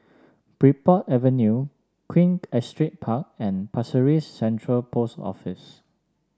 Bridport Avenue Queen Astrid Park and Pasir Ris Central Post Office